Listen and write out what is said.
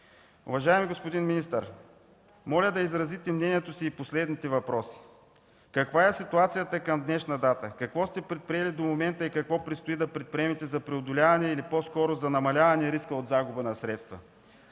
Уважаеми господин министър, моля да изразите мнението си и по следните въпроси: каква е ситуацията към днешна дата? Какво сте предприели до момента и какво предстои да предприемете за преодоляване или по-скоро за намаляване на риска от загуба на средства?